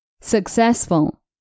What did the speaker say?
Successful